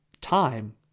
time